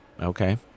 Okay